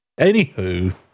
Anywho